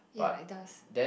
ya it does